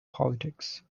politics